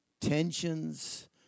tensions